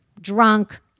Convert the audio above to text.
drunk